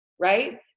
right